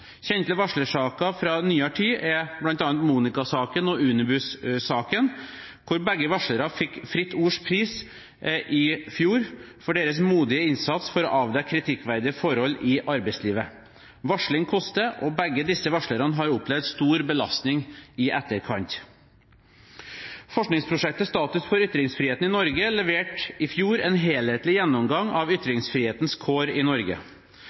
varslersaker fra nyere er tid bl.a. Monika-saken og Unibuss-saken, hvor begge varslerne fikk Fritt Ords Pris i fjor for deres modige innsats for å avdekke kritikkverdige forhold i arbeidslivet. Varsling koster, og begge disse varslerne har opplevd stor belastning i etterkant. Forskningsprosjektet «Status for ytringsfriheten i Norge» leverte i fjor en helhetlig gjennomgang av ytringsfrihetens kår i Norge.